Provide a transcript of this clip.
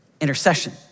intercession